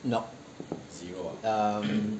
no um